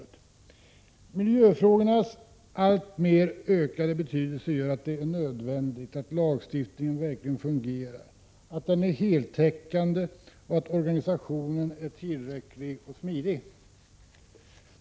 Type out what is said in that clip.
8 maj 1987 Miljöfrågornas alltmer ökade betydelse gör att det är nödvändigt att lagstiftningen verkligen fungerar, att den är heltäckande och att organisationen är tillräcklig och smidig.